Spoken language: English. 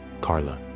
Carla